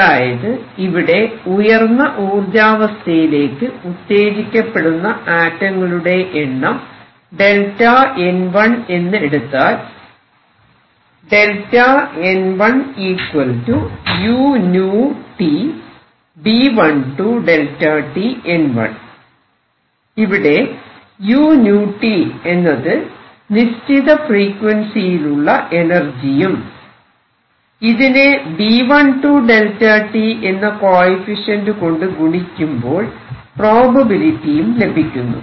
അതായത് ഇവിടെ ഉയർന്ന ഊർജാവസ്ഥയിലേക്ക് ഉത്തേജിക്കപ്പെടുന്ന ആറ്റങ്ങളുടെ എണ്ണം ΔN1 എന്ന് എടുത്താൽ ഇവിടെ u𝛎 എന്നത് നിശ്ചിത ഫ്രീക്വൻസിയിലുള്ള എനർജിയും ഇതിനെ B12 Δt എന്ന കോയിഫിഷ്യന്റ് കൊണ്ട് ഗുണിക്കുമ്പോൾ പ്രോബബിലിറ്റിയും ലഭിക്കുന്നു